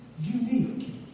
unique